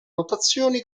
rotazione